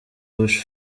bush